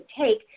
take